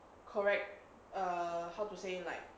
correct err how to say like